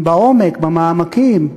בעומק, במעמקים,